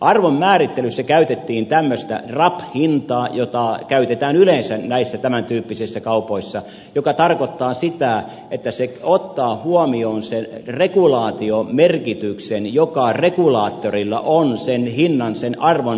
arvonmäärittelyssä käytettiin tämmöistä rab hintaa jota käytetään yleensä näissä tämän tyyppisissä kaupoissa joka tarkoittaa sitä että se ottaa huomioon sen regulaatiomerkityksen joka regulaattorilla on sen hinnan sen arvon määrittämisen kannalta